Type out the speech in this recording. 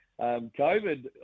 COVID